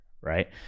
right